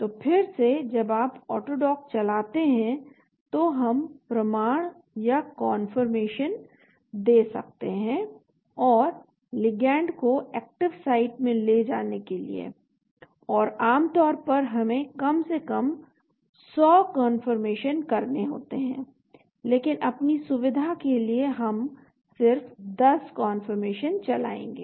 तो फिर से जब आप ऑटोडॉक चलाते हैं तो हम प्रमाण या कंफर्मेशन दे सकते हैं और लिगैंड को एक्टिव साइट में ले जाने के लिए और आमतौर पर हमें कम से कम 100 कंफर्मेशन करने होते हैं लेकिन अपनी सुविधा के लिए हम सिर्फ 10 कंफर्मेशन चलाएंगे